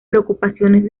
preocupaciones